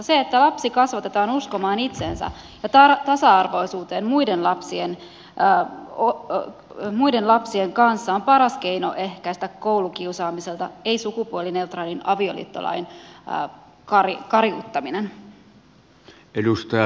se että lapsi kasvatetaan uskomaan itseensä ja tasa arvoisuuteen muiden lapsien kanssa on paras keino ehkäistä koulukiusaamista ei sukupuolineutraalin avioliittolain kariuttaminen